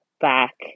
back